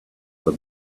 for